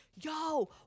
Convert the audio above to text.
yo